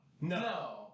no